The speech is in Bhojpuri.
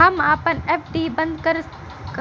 हम आपन एफ.डी बंद करल चाहत बानी